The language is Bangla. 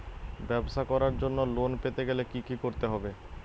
ব্যবসা করার জন্য লোন পেতে গেলে কি কি করতে হবে?